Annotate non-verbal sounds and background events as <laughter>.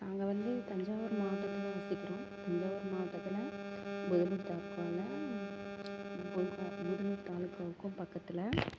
நாங்கள் வந்து தஞ்சாவூர் மாவட்டத்தில் வசிக்கிறோம் தஞ்சாவூர் மாவட்டத்தில் <unintelligible> தாலூக்காவுக்கும் பக்கத்தில்